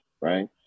right